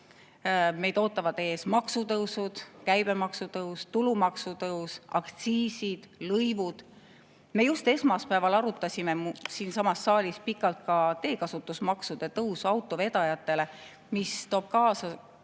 Meid ootavad ees maksutõusud: käibemaksu tõus, tulumaksu tõus, aktsiisitõus, lõivude tõus. Me just esmaspäeval arutasime siinsamas saalis pikalt teekasutusmaksude tõusu autovedajatele, mis toob kaasa